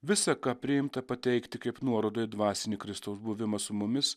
visa ką priimta pateikti kaip nuorodą į dvasinį kristaus buvimą su mumis